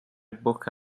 bocca